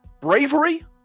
bravery